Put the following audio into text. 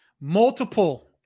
multiple